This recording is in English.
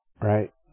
Right